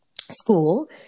school